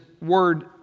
word